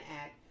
Act